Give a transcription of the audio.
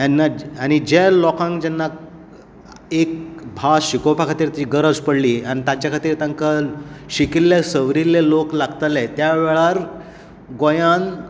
आनी ज्या लोकांक जेन्ना एक भास शिकोवपाक जी गरज पडली आनी ताच्या खातीर तांकां शिकिल्ले सवरिल्ले लोक लागताले त्या वेळार गोंयांत